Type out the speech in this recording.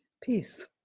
peace